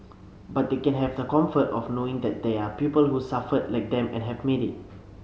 but they can have the comfort of knowing that there are people who suffered like them and have made it